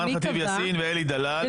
אימאן ח'טיב יאסין ואלי דלל.